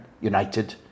United